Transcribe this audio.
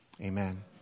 Amen